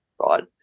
right